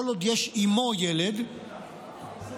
כל עוד יש עימו ילד בחזקתו,